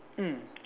mm